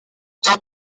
tant